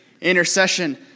intercession